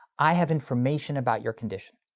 i have information about your condition.